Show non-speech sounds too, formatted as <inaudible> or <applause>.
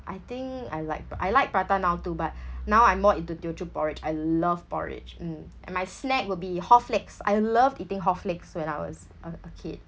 I think I like p~ I like prata now too but <breath> now I'm more into teochew porridge I love porridge mm and my snack will be haw flakes I love eating haw flakes when I was a a kid